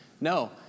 No